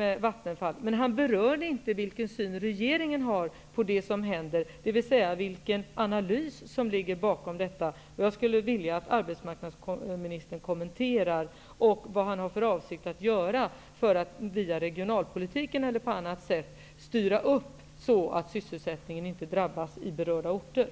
om Vattenfall, men han berörde inte vilken syn regeringen har på det som händer, dvs. vilken analys som ligger bakom detta. Jag skulle vilja att arbetsmarknadsministern kommenterade detta och talade om vad han har för avsikt att göra för att via regionalpolitiken eller på annat sätt styra det hela så att sysselsättningen i berörda orter inte drabbas.